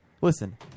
listen